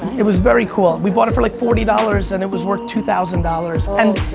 it was very cool. we bought it for like forty dollars and it was worth two thousand dollars. and